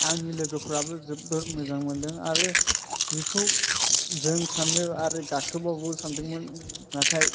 आंनि लोगोफ्राबो जोबोर मोजां मोनदों आरो बिखौ जों सानो आरो गाखोबावगौ सानदोंमोन नाथाय